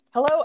Hello